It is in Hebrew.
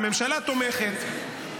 והממשלה תומכת,